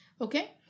Okay